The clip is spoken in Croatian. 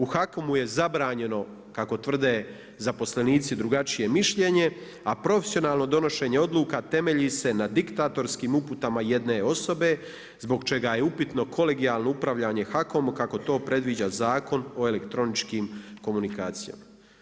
U HAKOM-u je zabranjeno kako tvrde zaposlenici drugačije mišljenje a profesionalno donošenje odluka temelji se na diktatorskim uputama jedne osobe zbog čega je upitno kolegijalno upravljanje HAKOM-a kako to predviđa Zakon o elektroničkim komunikacijama.